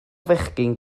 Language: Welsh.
fechgyn